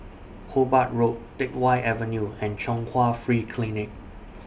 Hobart Road Teck Whye Avenue and Chung Hwa Free Clinic